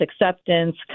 acceptance